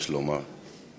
יש לומר.